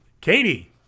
Katie